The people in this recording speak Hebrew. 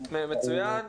בדיוק, מצוין,